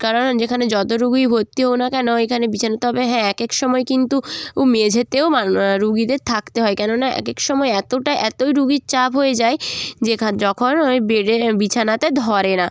কেননা যেখানে যতো রুগীই ভর্তি হোক না কেন এখানে বিছানা তবে হ্যাঁ এক এক সময় কিন্তু উ মেঝেতেও রুগীদের থাকতে হয় কেননা এক এক সময় এতটা এতই রুগীর চাপ হয়ে যায় যেখান যখন ওই বেডে বিছানাতে ধরে না